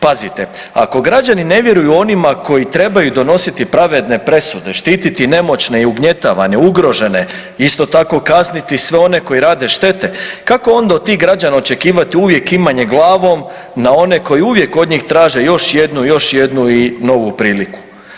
Pazite ako građani ne vjeruju onima koji trebaju donositi pravedne presude, štititi nemoćne i ugnjetavane, ugrožene, isto tako kazniti sve one koji rade štete kako onda od tih građana očekivati uvijek kimanje glavom na one koji uvijek od njih traže još jednu, još jednu i novu priliku.